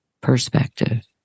perspective